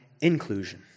inclusion